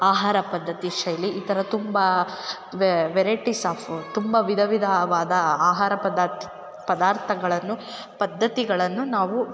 ಆಹಾರ ಪದ್ಧತಿ ಶೈಲಿ ಈ ಥರ ತುಂಬ ವೆರೈಟೀಸ್ ಆಫು ತುಂಬ ವಿಧವಿಧವಾದ ಆಹಾರ ಪದಾರ್ಥ ಪದಾರ್ಥಗಳನ್ನು ಪದ್ದತಿಗಳನ್ನು ನಾವು